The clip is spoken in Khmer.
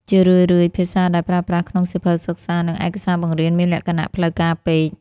ជារឿយៗ ភាសាដែលប្រើប្រាស់ក្នុងសៀវភៅសិក្សា និងឯកសារបង្រៀនមានលក្ខណៈផ្លូវការពេក។